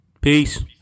Peace